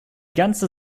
ganze